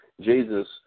Jesus